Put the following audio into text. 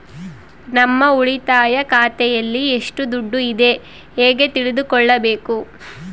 ನಮ್ಮ ಉಳಿತಾಯ ಖಾತೆಯಲ್ಲಿ ಎಷ್ಟು ದುಡ್ಡು ಇದೆ ಹೇಗೆ ತಿಳಿದುಕೊಳ್ಳಬೇಕು?